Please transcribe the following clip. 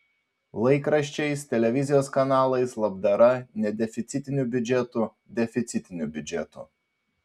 laikraščiais televizijos kanalais labdara nedeficitiniu biudžetu deficitiniu biudžetu